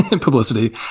publicity